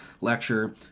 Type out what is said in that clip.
lecture